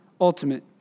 ultimate